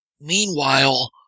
Meanwhile